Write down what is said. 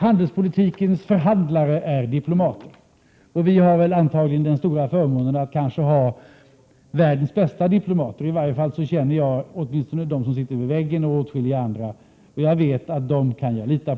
Handelspolitikens förhandlare är ju diplomater. Vi har väl antagligen den stora förmånen att kanske ha världens bästa diplomater. Jag känner åtminstone de bisittare till statsrådet som sitter här vid väggen, och jag vet att jag kan lita på Prot. 1987/88:114 dem.